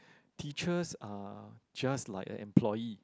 teachers are just like a employee